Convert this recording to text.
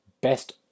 best